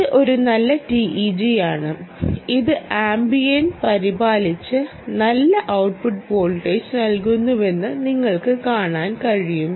ഇത് ഒരു നല്ല TEG ആണ് ഇത് ആംബിയന്റ് പരിപാലിച്ച് നല്ല ഔട്ട്പുട്ട് വോൾട്ടേജ് നൽകുന്നുവെന്ന് നിങ്ങൾക്ക് കാണാൻ കഴിയും